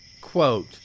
quote